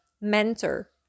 mentor